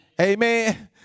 Amen